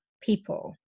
people